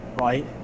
right